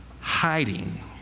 hiding